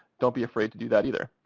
don't be afraid to do that, either.